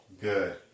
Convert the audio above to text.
good